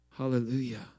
Hallelujah